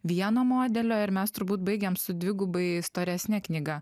vieno modelio ir mes turbūt baigėm su dvigubai storesne knyga